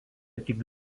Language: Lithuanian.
tik